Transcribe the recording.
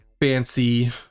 fancy